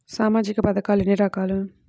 సామాజిక పథకాలు ఎన్ని రకాలు?